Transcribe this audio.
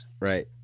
Right